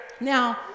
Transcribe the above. now